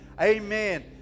amen